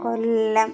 കൊല്ലം